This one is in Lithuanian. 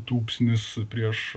tūpsnis prieš